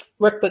workbook